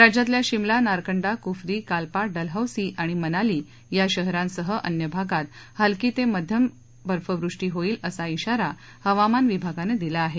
राज्यातल्या शिमला नारकंडा कुफ्री काल्पा डलहौसी आणि मनाली या शहरासह अन्य भागात हलकी ते मध्यम बर्फवृष्टी होईल असा खाारा हवामान विभागानं दिला आहे